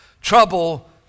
Trouble